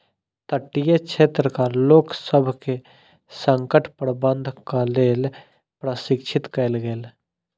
तटीय क्षेत्रक लोकसभ के संकट प्रबंधनक लेल प्रशिक्षित कयल गेल